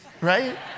Right